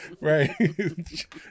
right